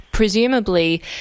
Presumably